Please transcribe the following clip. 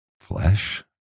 flesh